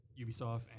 Ubisoft